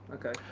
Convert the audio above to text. okay.